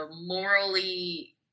morally